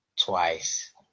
twice